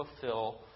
fulfill